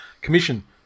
commission